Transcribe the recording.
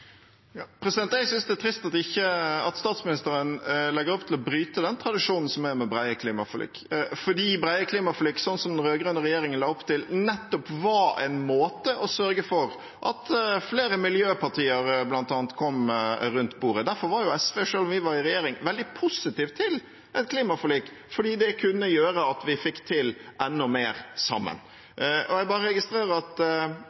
statsministeren legger opp til å bryte tradisjonen med brede klimaforlik. For brede klimaforlik, som den rød-grønne regjeringen la opp til, var nettopp en måte å sørge for at bl.a. flere miljøpartier kom rundt bordet på. Derfor var SV, selv om vi var i regjering, veldig positive til et klimaforlik, fordi det kunne gjøre at vi fikk til enda mer sammen. Jeg bare registrerer at